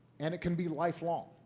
and it can be lifelong.